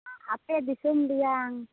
ᱟᱯᱮ ᱫᱤᱥᱚᱢ ᱨᱮᱭᱟᱝ